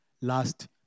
last